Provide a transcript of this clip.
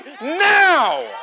now